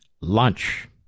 lunch